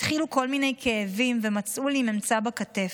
התחילו כל מיני כאבים, ומצאו לי ממצא בכתף,